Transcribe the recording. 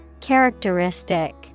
Characteristic